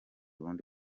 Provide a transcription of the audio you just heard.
ubundi